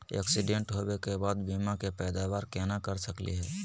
Accident होवे के बाद बीमा के पैदावार केना कर सकली हे?